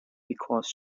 because